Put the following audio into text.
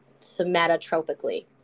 somatotropically